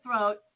throat